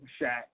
Shaq